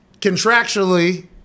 contractually